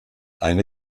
eine